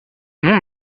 nom